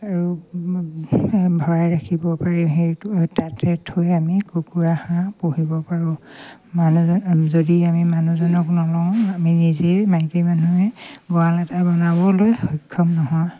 আৰু ভৰাই ৰাখিব পাৰি সেইটো তাতে থৈ আমি কুকুৰা হাঁহ পুহিব পাৰোঁ মানুহজন যদি আমি মানুহজনক নলওঁ আমি নিজেই মাইকী মানুহে গঁৰাল এটা বনাবলৈ সক্ষম নহয়